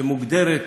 שמוגדרת